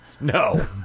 No